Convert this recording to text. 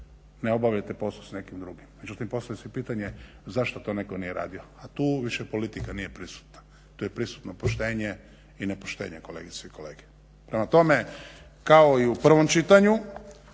ne obavite posao s nekim drugim. Međutim, postavlja se pitanje zašto to netko nije radio, a tu više politika nije prisutna, tu je prisutno poštenje i nepoštenje kolegice i kolege. Prema tome, kao i u prvom čitanju